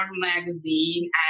magazine